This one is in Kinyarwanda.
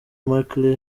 markle